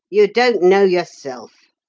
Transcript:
you don't know yourself.